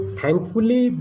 thankfully